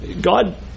God